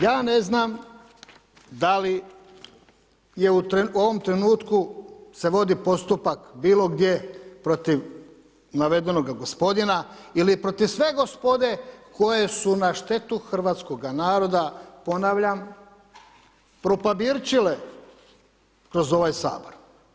Ja ne znam da li je u ovom trenutku se vodi postupak bilo gdje protiv navedenoga gospodina ili protiv sve gospode koje su na štetu hrvatskoga naroda, ponavljam propabirčile kroz ovaj Sabor.